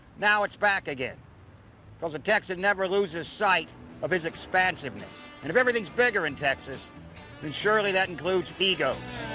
now it's back again cos a texan never loses sight of his expansiveness. and if everything is bigger in texas then surely that includes egos.